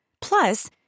Plus